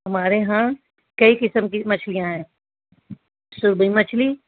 ہمارے یہاں کئی قسم کی مچھلیاں ہیں سوبی مچھلی